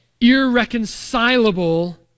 irreconcilable